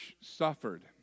suffered